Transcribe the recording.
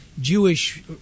Jewish